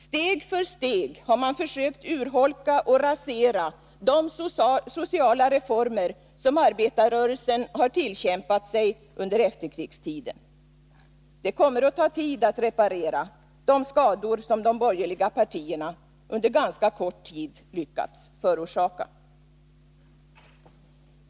Steg för steg har man försökt urholka och rasera de sociala reformer som arbetarrörelsen har tillkämpat sig under efterkrigstiden. Det kommer att ta tid att reparera de skador som de borgerliga partierna under ganska kort tid lyckats förorsaka.